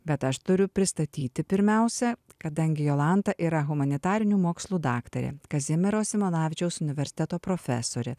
bet aš turiu pristatyti pirmiausia kadangi jolanta yra humanitarinių mokslų daktarė kazimiero simonavičiaus universiteto profesorė